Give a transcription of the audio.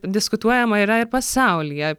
diskutuojama yra ir pasaulyje